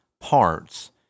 parts